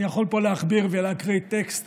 אני יכול פה להכביר ולהקריא טקסט,